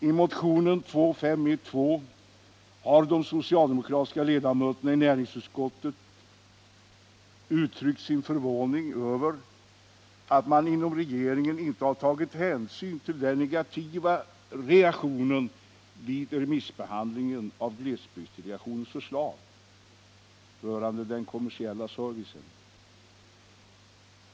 I motionen 2512 har de socialdemokratiska ledamöterna i näringsutskottet uttryckt sin förvåning över att man inom regeringen inte har tagit hänsyn till den negativa reaktionen vid remissbehandlingen av glesbygdsdelegationens förslag rörande den kommersiella servicen.